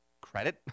credit